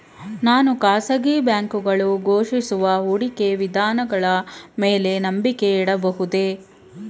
ನಾನು ಖಾಸಗಿ ಬ್ಯಾಂಕುಗಳು ಘೋಷಿಸುವ ಹೂಡಿಕೆ ವಿಧಾನಗಳ ಮೇಲೆ ನಂಬಿಕೆ ಇಡಬಹುದೇ?